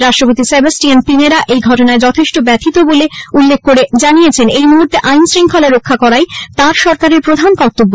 রাষ্ট্রপতি Sebastian Pinera এই ঘটনায় যথেষ্ট ব্যথিত বলে উল্লেখ করে জানিয়েছেন এই মুহূর্তে আইনশৃঙ্খলা রক্ষা করাই তাঁর সরকারের প্রধান কর্তব্য